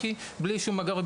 בלי שום מאגר,